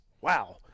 Wow